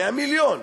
100 מיליון,